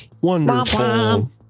Wonderful